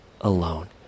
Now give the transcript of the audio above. alone